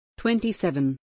27